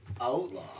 Outlaw